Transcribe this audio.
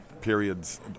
periods